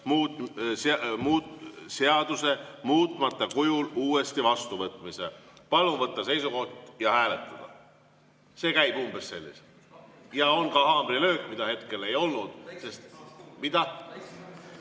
seaduse muutmata kujul uuesti vastuvõtmise. Palun võtta seisukoht ja hääletada!" See käib umbes selliselt. Ja on ka haamrilöök, mida hetkel ei olnud. (Keegi